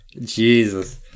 Jesus